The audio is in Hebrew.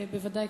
ובוודאי,